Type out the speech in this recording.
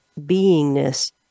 beingness